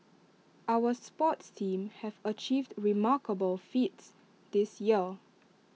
our sports teams have achieved remarkable feats this year